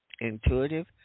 intuitive